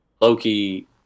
Loki